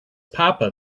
papa